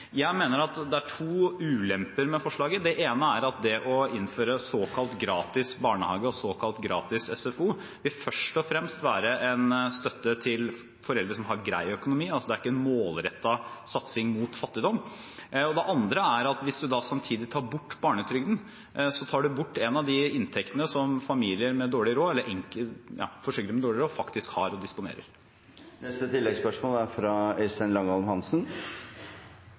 Jeg mener at det er to ulemper med forslaget. Det ene er at det å innføre såkalt gratis barnehage og såkalt gratis SFO først og fremst vil være en støtte til foreldre som har grei økonomi, det er ikke en målrettet satsing mot fattigdom. Det andre er at hvis man da samtidig tar bort barnetrygden, tar man bort en av de inntektene som forsørgere med dårlig råd faktisk har å disponere. Øystein Langholm Hansen – til oppfølgingsspørsmål. Representanten Nybø stiller et interessant spørsmål. Arbeiderpartiet er